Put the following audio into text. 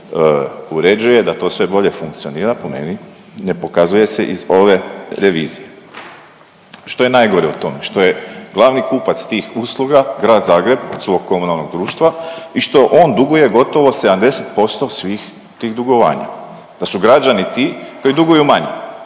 uređuje, da to sve bolje funkcionira po meni ne pokazuje se iz ove revizije. Što je nagore u tome? Što je glavni kupac tih usluga grad Zagreb, od svog komunalnog društva i što on duguje gotovo 70% svih tih dugovanja. Da su građani ti koji duguju manje.